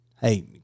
hey